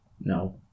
No